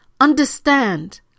understand